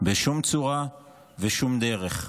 בשום צורה ובשום דרך.